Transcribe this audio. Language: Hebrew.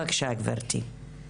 בבקשה, גברתי.